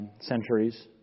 centuries